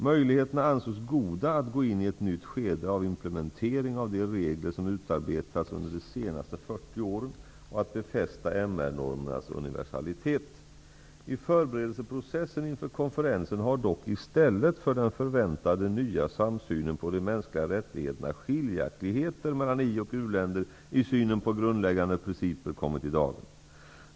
Möjligheterna ansågs goda att gå in i ett nytt skede av implementering av de regler som utarbetats under de senaste 40 åren och att befästa MR normernas universalitet. I förberedelseprocessen inför konferensen har dock i stället för den förväntade nya samsynen på de mänskliga rättigheterna skiljaktigheter mellan ioch u-länder i synen på grundläggande principer kommit i dagen.